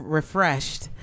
refreshed